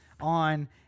on